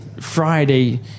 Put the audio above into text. Friday